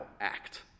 act